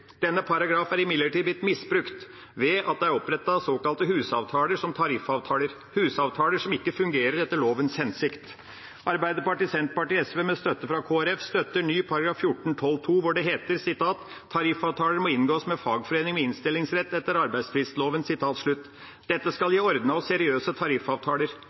Denne paragrafen er imidlertid blitt misbrukt ved at det er opprettet såkalte husavtaler som tariffavtaler – husavtaler som ikke fungerer etter lovens hensikt. Arbeiderpartiet, Senterpartiet og SV, med støtte fra Kristelig Folkeparti, har forslag til § 14-12 andre ledd, hvor det heter at tariffavtaler må inngås «med fagforening med innstillingsrett etter arbeidstvistloven». Dette skal gi ordnede og seriøse tariffavtaler.